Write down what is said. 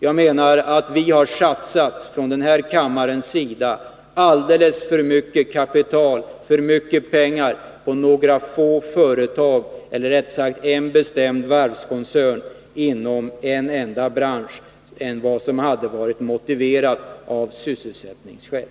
Jag menar att vi från denna kammares sida har satsat mycket mer pengar på några få företag, eller, rättare sagt, på en bestämd varvskoncern inom en enda bransch, än vad som hade varit motiverat av sysselsättningsskäl.